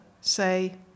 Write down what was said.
say